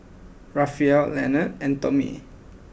Rafael Lenard and Tomie